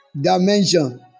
dimension